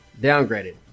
downgraded